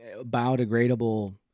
biodegradable